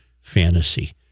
fantasy